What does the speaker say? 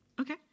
Okay